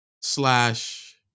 slash